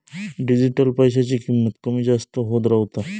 digital पैशाची किंमत कमी जास्त होत रव्हता